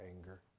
anger